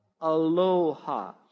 Aloha